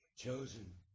chosen